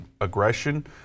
aggression